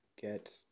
Get